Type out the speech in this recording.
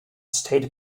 state